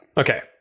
Okay